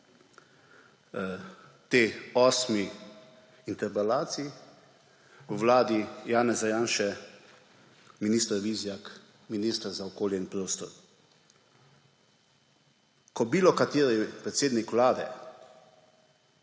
tej osmi interpelaciji v vladi Janeza Janše, minister Vizjak minister za okolje in prostor. Ko katerikoli predsednik vlade